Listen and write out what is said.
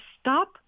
stop